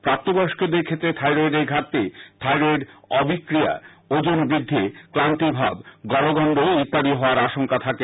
প্রাপ্ত বয়স্কদের ক্ষেত্রে থায়রয়েডের ঘাটতি খায়রয়েড অবক্রিয়া ওজন বৃদ্ধি ক্লান্তিভাব গলগন্ড ইত্যাদি হওয়ার আশঙ্খা থাকে